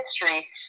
history